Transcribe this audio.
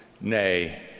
Nay